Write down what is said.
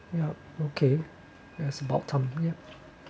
yup okay that's about time yup